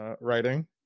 writing